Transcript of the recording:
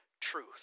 truth